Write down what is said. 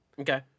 Okay